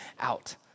out